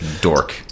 dork